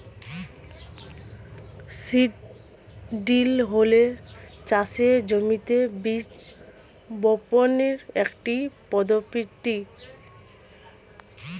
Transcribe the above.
seed drill হল চাষের জমিতে বীজ বপনের একটি পদ্ধতি